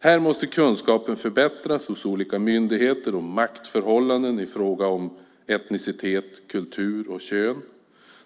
Här måste kunskapen förbättras hos olika myndigheter om maktförhållanden i fråga om etnicitet, kultur och kön.